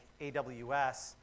AWS